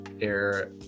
air